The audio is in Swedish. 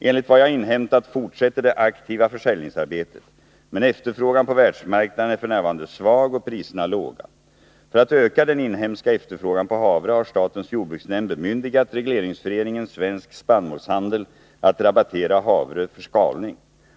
Enligt vad jag inhämtat fortsätter det aktiva försäljningsarbetet, men efterfrågan på världsmarknaden är f. n. svag och priserna låga. För att öka den inhemska efterfrågan på havre har statens jordbruksnämnd bemyndigat regleringsföreningen Svensk spannmålshandel att rabattera havre för skalning.